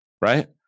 right